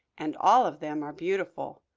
and all of them are beautiful.